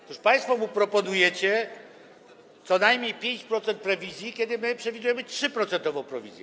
Otóż państwo mu proponujecie co najmniej 5% prowizji, kiedy my przewidujemy 3-procentową prowizję.